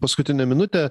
paskutinę minutę